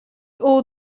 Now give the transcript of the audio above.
all